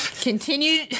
continue